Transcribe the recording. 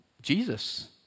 Jesus